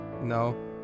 No